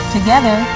Together